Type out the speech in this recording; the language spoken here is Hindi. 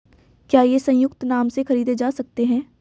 क्या ये संयुक्त नाम से खरीदे जा सकते हैं?